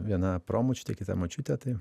viena promočiutė kita močiutė tai